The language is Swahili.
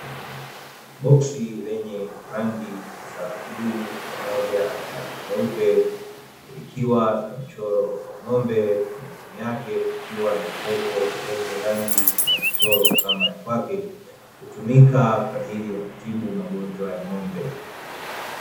Boksi lenye rangi za bluu pamoja na nyeupe, likiwa na mchoro wa ng'ombe, pembeni yake kukiwa na kopo lenye rangi na michoro kama ya kwake, hutumika kwa ajili ya kutibu magonjwa ya ng'ombe.